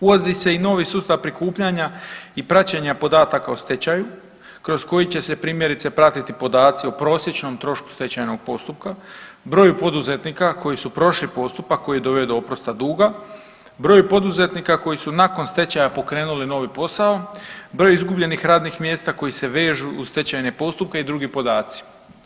Uvodi se i novi sustav prikupljanja i praćenja podataka o stečaju kroz koji će se primjerice pratiti podaci o prosječnom trošku stečajnog postupka, broju poduzetnika koji su prošli postupak koji je doveo do oprosta duga, broju poduzetnika koji su nakon stečaja pokrenuli novi posao, broju izgubljenih radnih mjesta koji se vežu uz stečajne postupke i drugi podaci.